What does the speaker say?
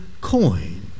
coin